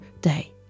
day